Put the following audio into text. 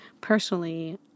personally